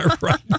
right